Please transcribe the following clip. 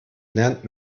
lernt